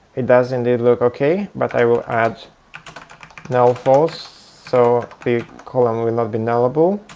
it does indeed look ok, but i will add null false, so the column will not be nullable.